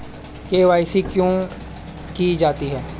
KYC क्यों की जाती है?